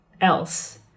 else